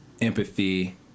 empathy